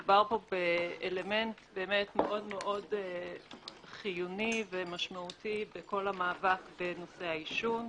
מדובר פה באלמנט מאוד חיוני ומשמעותי בכל המאבק בנושא העישון.